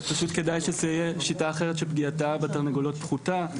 כדאי שתהיה שיטה אחרת שפגיעתה בתרנגולות פחותה.